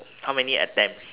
how many attempts